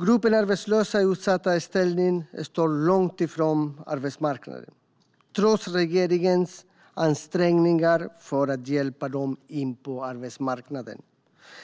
Gruppen arbetslösa i utsatt ställning står långt från arbetsmarknaden trots regeringens ansträngningar att hjälpa dem in på den.